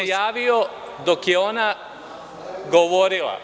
Javio sam se dok je ona govorila.